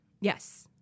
Yes